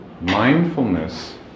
Mindfulness